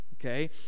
Okay